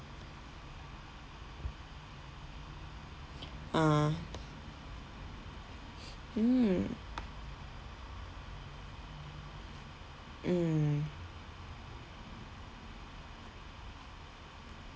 ah mm mm